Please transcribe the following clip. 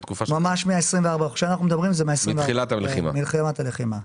ממש מה-24 לפברואר, תחילת הלחימה.